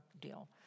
deal